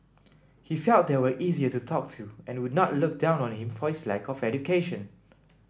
he felt they were easier to talk to and would not look down on him for his lack of education